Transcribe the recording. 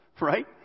right